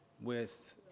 with